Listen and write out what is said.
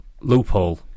Loophole